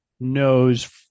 knows